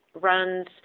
runs